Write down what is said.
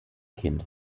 kind